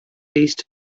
east